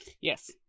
Yes